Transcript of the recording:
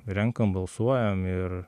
renkam balsuojam ir